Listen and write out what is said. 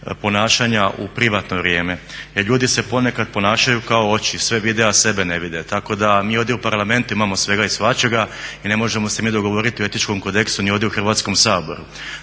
ponašanja u privatno vrijeme jer ljudi se ponekad ponašaju kao oči, sve vide, a sebe ne vide. Tako da mi ovdje u Parlamentu imamo svega i svačega i ne možemo se mi dogovoriti o etičkom kodeksu ni ovdje u Hrvatskom saboru.